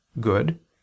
good